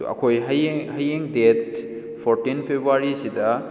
ꯑꯗꯨ ꯑꯩꯈꯣꯏ ꯍꯌꯦꯡ ꯍꯌꯦꯡ ꯗꯦꯠ ꯐꯣꯔꯇꯤꯟ ꯐꯦꯕꯋꯥꯔꯤ ꯁꯤꯗ